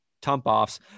tump-offs